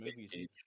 movies